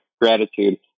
gratitude